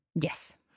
Yes